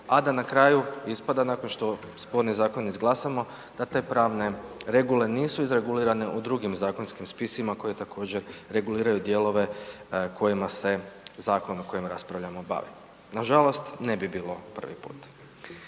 a da na kraju ispada, nakon što sporni zakon izglasamo, da te pravne regule nisu izregulirane u drugim zakonskim spisima koji također, reguliraju dijelove kojima se zakon o kojem raspravljamo, bave. Nažalost ne bi bilo prvi put.